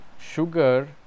Sugar